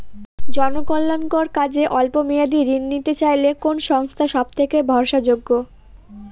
জনকল্যাণকর কাজে অল্প মেয়াদী ঋণ নিতে চাইলে কোন সংস্থা সবথেকে ভরসাযোগ্য?